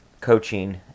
coaching